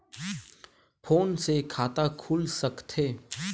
Phone से खाता खुल सकथे?